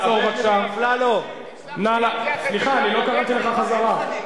לא קראתי לך חזרה.